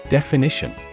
Definition